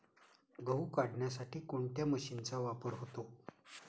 गहू काढण्यासाठी कोणत्या मशीनचा वापर होतो?